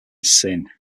sin